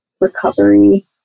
recovery